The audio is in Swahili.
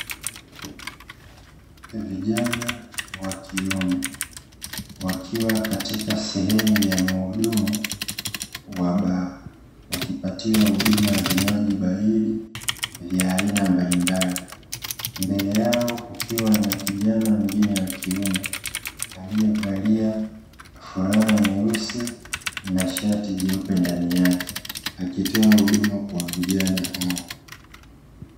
Vijana wakiume, wakiwa katika sehemu ya mhudumu wa baa, wakipatiwa vinywaji baridi vya aina mbalimbali, mbele yao kukiwa na kijana mwingine wa kiume, aliyevalia fulana nyeusi na shati jeupe ndani yake, akitoa huduma kwa vijana hao.